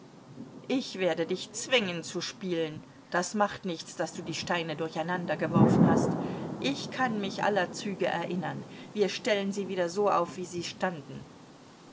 ich werde dich zwingen zu spielen das macht nichts daß du die steine durcheinander geworfen hast ich kann mich aller züge erinnern wir stellen sie wieder so auf wie sie standen